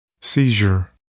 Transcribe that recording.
Seizure